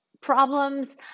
problems